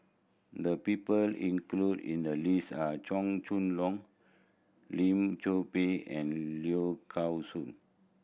the people included in the list are Chua Chong Long Lim Chor Pee and Low Song